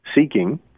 seeking